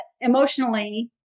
emotionally